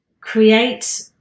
create